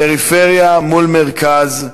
פריפריה מול מרכז,